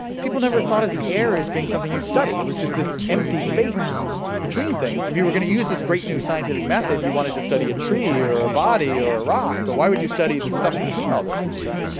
people never thought of the air as been something you study it was just this empty space between things. if you were gonna use this great, new scientific method, you wanted to study a tree or a body or a rock, but why would you study the stuff between all those things, right?